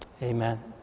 Amen